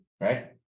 Right